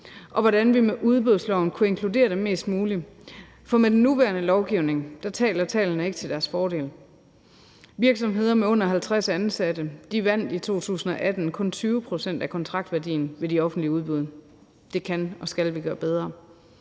på, hvordan vi i udbudsloven kunne inkludere dem mest muligt, for med den nuværende lovgivning taler tallene ikke til deres fordel. Virksomheder med under 50 ansatte vandt i 2018 kun 20 pct. af kontraktværdien af de offentlige udbud. Det kan og skal vi gøre bedre.